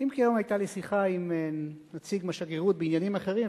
אם כי היום היתה לי שיחה עם נציג מהשגרירות בעניינים אחרים,